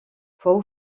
fou